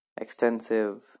extensive